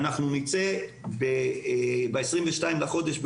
נצא ב-22 בחודש,